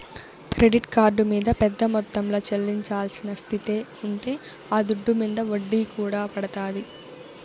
credit card మింద పెద్ద మొత్తంల చెల్లించాల్సిన స్తితే ఉంటే ఆ దుడ్డు మింద ఒడ్డీ కూడా పడతాది